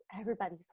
Everybody's